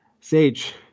Sage